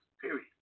period